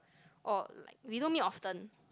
oh like we don't meet often